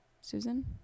susan